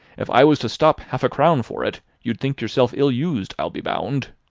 if i was to stop half-a-crown for it, you'd think yourself ill-used, i'll be bound?